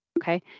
Okay